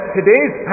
today's